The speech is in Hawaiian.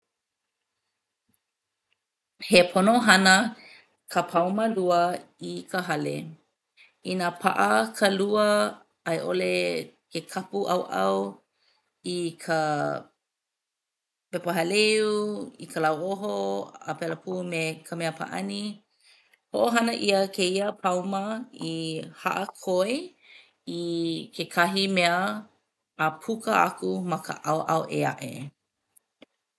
He pono hana ka pāuma lua i ka hale. Inā paʻa ka lua a i ʻole ke kapu ʻauʻau i ka pepa haleu, i ka lauoho a pēlā pū me ka mea pāʻani. Hoʻohana ʻia kēia pāuma i haʻakoi i kekahi mea a puka aku ma ka ʻaoʻao ʻē aʻe.